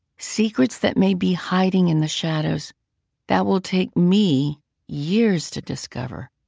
secrets that may be hiding in the shadows that will take me years to discover,